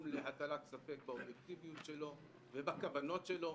להטלת ספק באובייקטיביות שלו ובכוונות שלו.